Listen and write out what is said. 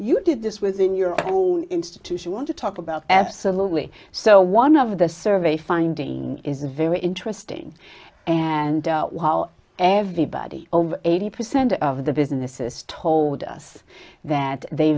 you did this within your own institution want to talk about absolutely so one of the survey finding is a very interesting and how everybody over eighty percent of the businesses told us that they